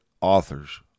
authors